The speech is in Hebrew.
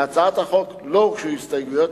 להצעת החוק לא הוגשו הסתייגויות,